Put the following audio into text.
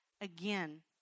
again